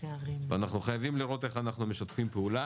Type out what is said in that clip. אנחנו חייבים לראות איך אנחנו משתפים פעולה,